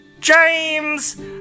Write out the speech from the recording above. James